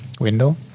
window